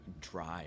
drive